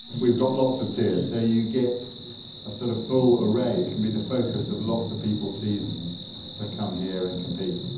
we've got lots of tiers so you get a sort of full array. it can be the focus of lots of people's seasons to come here and compete.